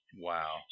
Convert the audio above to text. Wow